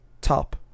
Top